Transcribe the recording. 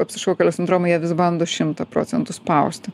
apsišaukėlio sindromo jie vis bando šimtą procentų spausti